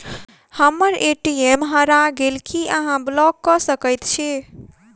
हम्मर ए.टी.एम हरा गेल की अहाँ ब्लॉक कऽ सकैत छी?